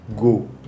go